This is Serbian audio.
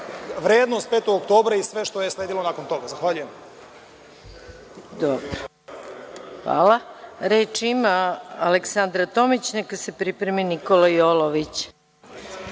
vrednost petog oktobra i sve što je sledilo nakon toga. Zahvaljujem. **Maja Gojković** Hvala. Reč ima Aleksandra Tomić, neka se pripremi Nikola Jolović.